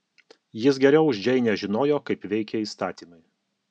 jis geriau už džeinę žinojo kaip veikia įstatymai